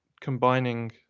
combining